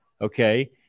okay